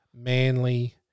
Manly